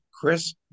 Chris